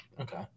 Okay